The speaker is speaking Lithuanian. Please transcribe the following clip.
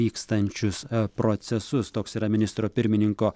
vykstančius procesus toks yra ministro pirmininko